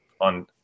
on